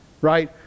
right